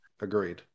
Agreed